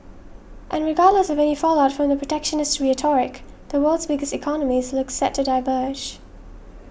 and regardless of any fallout from the protectionist rhetoric the world's biggest economies look set to diverge